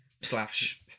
Slash